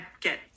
get